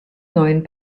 neuen